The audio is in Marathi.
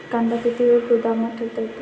कांदा किती वेळ गोदामात ठेवता येतो?